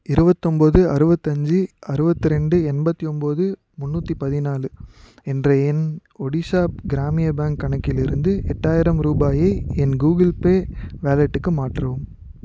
இருபத்தொம்போது அறுபத்தஞ்சி அறுபத்து ரெண்டு எண்பத்தி ஒம்பது முந்நூற்றி பதினாலு என்ற என் ஒடிசா கிராமிய பேங்க் கணக்கிலிருந்து எட்டாயிரம் ரூபாயை என் கூகிள் பே வாலெட்டுக்கு மாற்றவும்